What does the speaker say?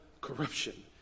corruption